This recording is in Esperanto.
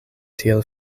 tiel